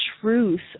truth